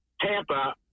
Tampa